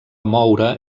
moure